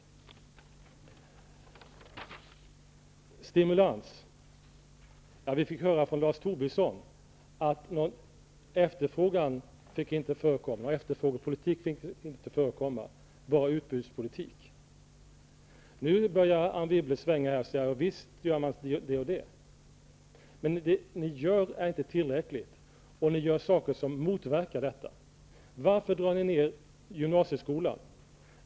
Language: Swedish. När det gäller stimulans fick vi höra från Lars Tobisson att det inte fick förekomma någon efterfrågan. Det fick inte förekomma någon efterfrågepolitik, bara utbudspolitik. Nu börjar Anne Wibble att svänga och säga att visst gör man det och det. Men ni gör inte tillräckligt, och ni gör saker som motverkar detta. Varför drar ni ner på gymnasieskolan?